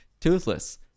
Toothless